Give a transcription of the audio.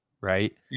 right